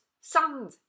sand